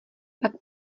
pak